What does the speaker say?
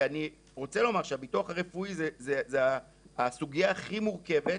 ואני רוצה לומר שהביטוח הרפואי היא הסוגייה הכי מורכבת,